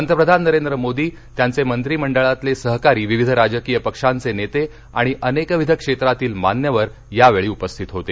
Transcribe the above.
पंतप्रधान नरेंद्र मोदी त्यांचे मंत्रिमंडळातले सहकारीविविध राजकीय पक्षांचे नेते आणि अनेकविध क्षेत्रातील मान्यवर यावेळी उपस्थित होते